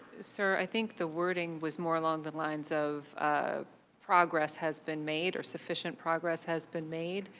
sir, i think the wording was more along the lines of ah progress has been made or sufficient progress has been made.